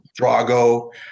Drago